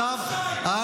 על